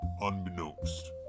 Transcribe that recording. Unbeknownst